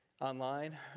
online